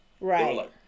right